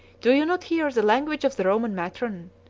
do you not hear the language of the roman matron?